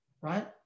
right